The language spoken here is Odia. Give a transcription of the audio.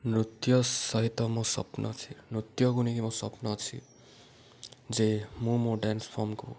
ନୃତ୍ୟ ସହିତ ମୋ ସ୍ୱପ୍ନ ଅଛି ନୃତ୍ୟକୁୁ ନେଇକି ମୋ ସ୍ୱପ୍ନ ଅଛି ଯେ ମୁଁ ମୋ ଡ୍ୟାନ୍ସ ଫର୍ମକୁ